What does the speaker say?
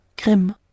Grim